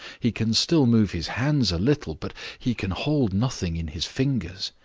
he can still move his hands a little, but he can hold nothing in his fingers.